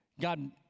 God